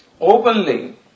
openly